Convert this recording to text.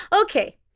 Okay